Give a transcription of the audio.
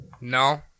No